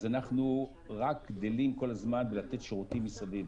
אז אנחנו רק גדלים כל הזמן בלתת שירותים מסביב.